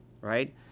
right